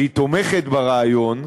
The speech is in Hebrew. שהיא תומכת ברעיון,